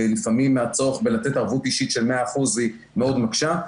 ולפעמים הצורך בלתת ערבות אישית של 100% היא מאוד מקשה.